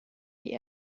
die